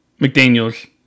McDaniels